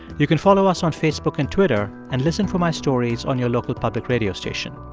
you can follow us on facebook and twitter and listen for my stories on your local public radio station.